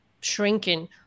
shrinking